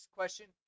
question